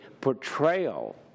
portrayal